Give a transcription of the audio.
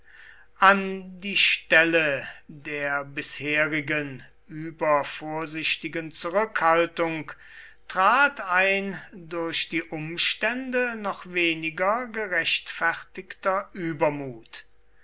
an die stelle der bisherigen übervorsichtigen zurückhaltung trat ein durch die umstände noch weniger gerechtfertigter übermut